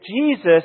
Jesus